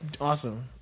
awesome